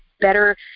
better